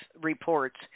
reports